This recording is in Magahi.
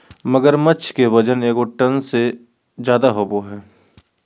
मगरमच्छ के वजन एगो टन से ज्यादा होबो हइ